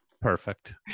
Perfect